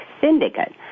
syndicate